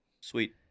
Sweet